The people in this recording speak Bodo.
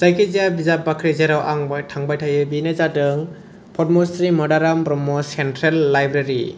जायखिजाया बिजाब बाख्रि जेराव आं बेवहाय थांबाय थायो बेनो जादों पद्मश्री मदाराम ब्रह्म सेन्ट्रेल लाइब्रेरि